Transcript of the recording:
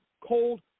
cold